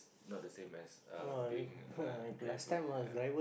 not the same as uh being a driver ya